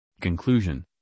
Conclusion